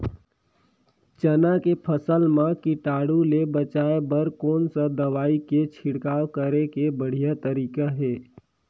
चाना के फसल मा कीटाणु ले बचाय बर कोन सा दवाई के छिड़काव करे के बढ़िया तरीका हे?